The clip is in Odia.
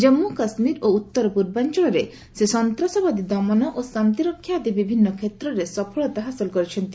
ଜାମ୍ମ କାଶ୍ୱୀର ଓ ଉତ୍ତରପୂର୍ବାଞ୍ଚଳରେ ସେ ସନ୍ତାସବାଦୀ ଦମନ ଓ ଶାନ୍ତିରକ୍ଷା ଆଦି ବିଭିନ୍ନ କ୍ଷେତ୍ରରେ ସଫଳତା ହାସଲ କରିଛନ୍ତି